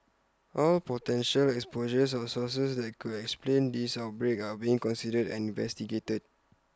all potential exposures or sources that could explain this outbreak are being considered and investigated